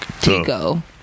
Tico